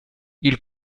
ils